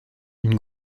une